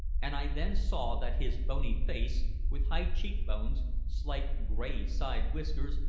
and i then saw that his bony face, with high cheek-bones, slight gray side-whiskers,